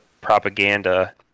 propaganda